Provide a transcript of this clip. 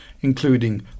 including